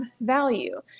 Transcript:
value